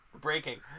Breaking